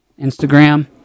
Instagram